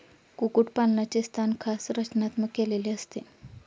कुक्कुटपालनाचे स्थान खास रचनात्मक केलेले असते